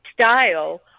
style